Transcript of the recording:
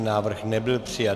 Návrh nebyl přijat.